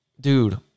dude